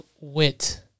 wit